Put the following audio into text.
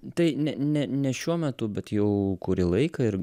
tai ne ne ne šiuo metu bet jau kurį laiką ir